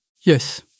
Yes